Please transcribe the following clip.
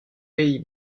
pays